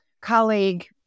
colleague